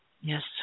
Yes